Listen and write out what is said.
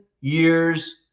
years